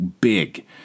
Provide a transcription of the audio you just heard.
big